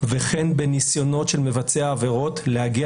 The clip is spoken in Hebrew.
וכן בניסיונות של מבצע העבירות להגיע